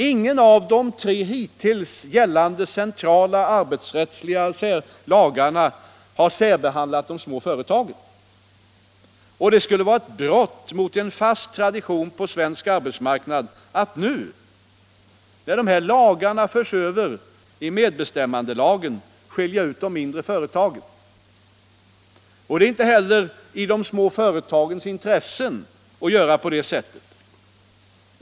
Ingen av de tre gällande centrala arbetsrättsliga lagarna har särbehandlat de små företagen. Det skulle vara ett brott mot en fast tradition på svensk arbetsmarknad att nu, när dessa lagar förs över i medbestämmandelagen, skilja ut de mindre företagen. Det är inte heller i de små företagens intresse att göra det.